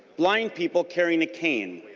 blind people carrying a cane.